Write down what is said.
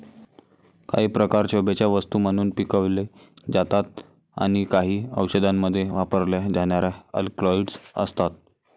काही प्रकार शोभेच्या वस्तू म्हणून पिकवले जातात आणि काही औषधांमध्ये वापरल्या जाणाऱ्या अल्कलॉइड्स असतात